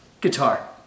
Guitar